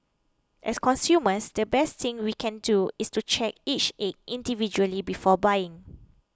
as consumers the best thing we can do is to check each egg individually before buying